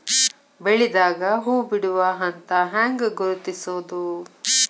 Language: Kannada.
ಬೆಳಿದಾಗ ಹೂ ಬಿಡುವ ಹಂತ ಹ್ಯಾಂಗ್ ಗುರುತಿಸೋದು?